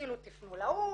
תפנו לאו"ם,